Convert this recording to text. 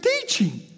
teaching